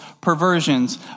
perversions